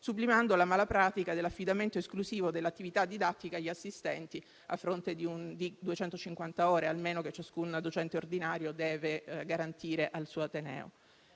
sublimando la mala pratica dell'affidamento esclusivo dell'attività didattica agli assistenti, a fronte di almeno duecentocinquanta ore che ciascun docente ordinario deve garantire al suo Ateneo.